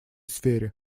сфере